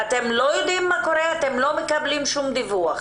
אתם מקבלים איזשהו דיווח?